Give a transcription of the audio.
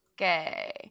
Okay